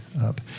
up